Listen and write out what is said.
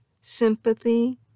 sympathy